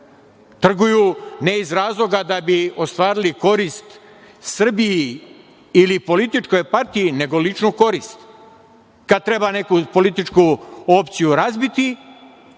trguju ne iz razloga da bi ostvarili korist Srbiji ili političkoj partiji, nego ličnu korist kad treba neku političku opciju razbiti.